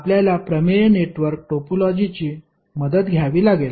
आपल्याला प्रमेय नेटवर्क टोपोलॉजीची मदत घ्यावी लागेल